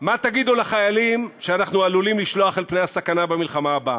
מה תגידו לחיילים שאנחנו עלולים לשלוח אל מול פני הסכנה במלחמה הבאה?